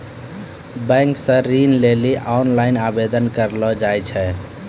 bank से ऋण लै लेली ओनलाइन आवेदन करलो जाय छै